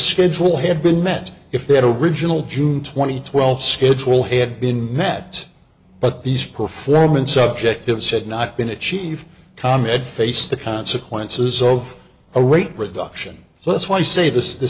schedule had been met if they had a regional june twenty twelve schedule had been met but these performance objectives had not been achieved con ed face the consequences of a weight reduction so that's why i say this the